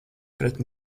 pret